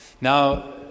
Now